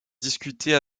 discuter